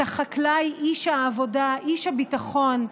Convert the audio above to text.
את החקלאי, איש העבודה, איש הביטחון,